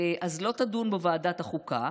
לא תדון בו ועדת החוקה,